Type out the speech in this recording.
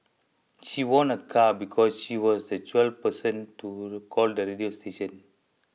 she won a car because she was the twelfth person to call the radio station